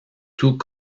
tout